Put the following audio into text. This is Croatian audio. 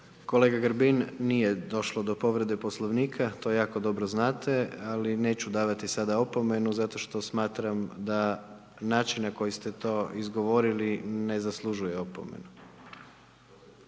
Kolega Grbin nije došlo do povrede Poslovnika, to jako dobro znate, ali neću davati sada opomenu zato što smatram da način na koji ste to izgovorili ne zaslužuje opomenu.